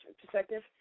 perspective